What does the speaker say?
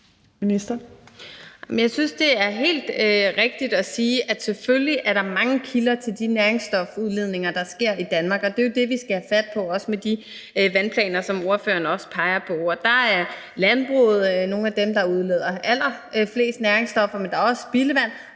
Jeg synes, det er helt rigtigt at sige, at der selvfølgelig er mange kilder til de næringsstofudledninger, der sker i Danmark, og det er jo det, vi skal have fat på, også med de vandplaner, som ordføreren peger på. Der er landbruget nogle af dem, der udleder allerflest næringsstoffer, men der er også spildevand,